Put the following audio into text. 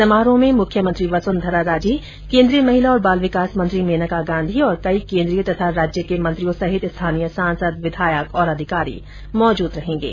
समारोह में मुख्यमंत्री वसुंधरा राजे केन्द्रीय महिला और बाल विकास मंत्री मेनका गांधी और कई केन्द्रीय तथा राज्य के मंत्रियों सहित स्थानीय सांसद विघायक और अधिकारी मौजूद रहेंगे